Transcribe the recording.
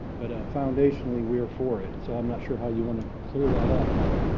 but foundationally, we're for it. so i'm not sure how you want to clear that up. but